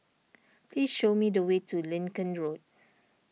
please show me the way to Lincoln Road